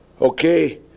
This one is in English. Okay